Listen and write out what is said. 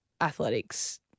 athletics